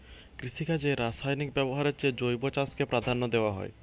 কৃষিকাজে রাসায়নিক ব্যবহারের চেয়ে জৈব চাষকে প্রাধান্য দেওয়া হয়